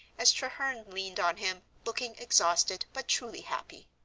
as treherne leaned on him, looking exhausted but truly happy.